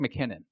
McKinnon